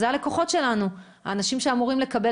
אלה הלקוחות שלנו: האנשים שאמורים לקבל